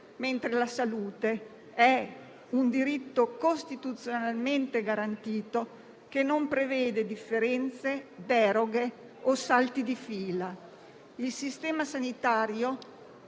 mentre la salute è un diritto costituzionalmente garantito che non prevede differenze, deroghe o salti di fila. Il sistema sanitario